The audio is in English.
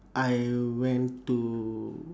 I went to